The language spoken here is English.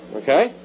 okay